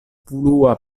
plua